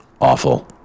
awful